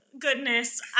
Goodness